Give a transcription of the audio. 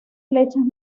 flechas